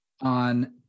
on